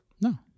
no